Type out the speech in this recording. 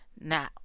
now